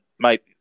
Mate